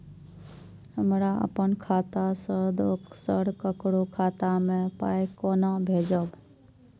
हमरा आपन खाता से दोसर ककरो खाता मे पाय कोना भेजबै?